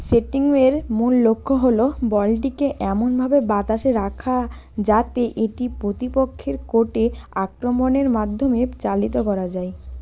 সেটিংয়ের মূল লক্ষ্য হল বলটিকে এমনভাবে বাতাসে রাখা যাতে এটি প্রতিপক্ষের কোর্টে আক্রমণের মাধ্যমে চালিত করা যায়